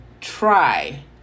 try